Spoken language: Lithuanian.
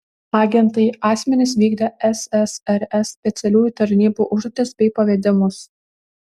agentai asmenys vykdę ssrs specialiųjų tarnybų užduotis bei pavedimus